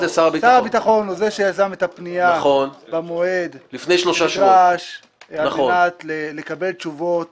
שר הביטחון הוא זה שיזם את הפנייה במועד הנדרש על מנת לקבל תשובות